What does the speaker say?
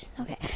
Okay